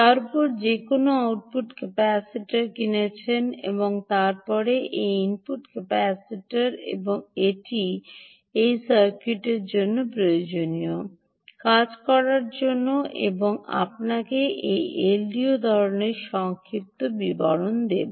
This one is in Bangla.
তার উপর যে কোনও আউটপুট ক্যাপাসিটার কিনেছেন এবং তারপরে একটি ইনপুট ক্যাপাসিটার এবং এটিই এই সার্কিটের জন্য প্রয়োজনীয় কাজ করার জন্য এবং তাই আপনাকে এই এলডিও ধরণের সংক্ষিপ্ত বিবরণ দেব